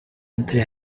entre